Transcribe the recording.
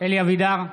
אלי אבידר,